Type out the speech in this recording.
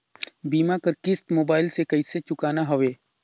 बीमा कर किस्त मोबाइल से कइसे चुकाना हवे